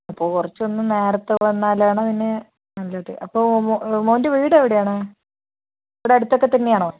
അപ്പോൾ കുറച്ചൊന്ന് നേരത്തെ വന്നാലാണ് പിന്നെ നല്ലത് അപ്പോൾ മോന്റെ വീട് എവിടെയാണ് ഇവിടെ അടുത്തൊക്കെ തന്നെയാണോ